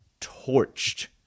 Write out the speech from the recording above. torched